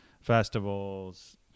festivals